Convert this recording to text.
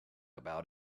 about